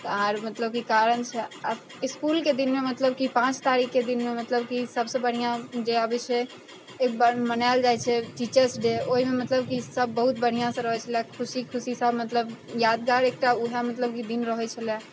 आओर मतलब कि कारण छै इसकुलके दिनमे मतलब कि पाँच तारीखके दिनमे मतलब कि सबसँ बढ़िआँ जे आबै छै एक बार मनाएल जाइ छै टीचर्स डे ओहिमे मतलब कि सब बहुत बढ़िआँसँ रहै छलै खुशी खुशीसँ मतलब यादगार एकटा मतलब कि वएह एकटा दिन रहै छलै